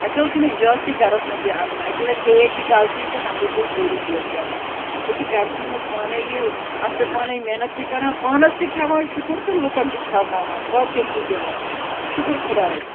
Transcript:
اسہِ حظ چھُنہٕ اِجازتٕھے گھرَس منٛز یہِ اَنُن اَکہِ لَٹہِ گٔیٚیے یہِ غلطی تہٕ تَمہِ دۄہ پیٚے سٲری بٲژ بیٚمار أسۍ چھِ گھرسٕے منٛز پانٔے یہِ اَتھ پٮ۪ٹھ پانٔے محنت تہِ کَران پانَس تہِ کھیٚوان شکر تہٕ لوٗکَن تہِ کھیٛاوناوان باقٕیَن تہِ دِوان شکر خۄدایَس کُن